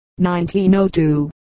1902